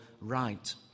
right